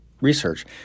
research